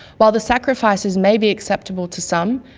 while the sacrifices may be acceptable to some,